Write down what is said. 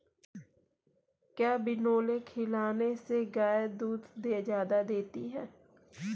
क्या बिनोले खिलाने से गाय दूध ज्यादा देती है?